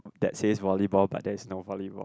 that says volleyball but there's no volleyball